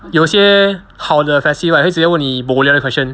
有些好的 faci right 会直接问你 bo liao 的 question